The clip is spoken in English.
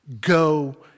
go